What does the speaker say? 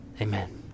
Amen